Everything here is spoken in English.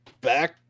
back